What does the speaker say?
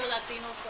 Latino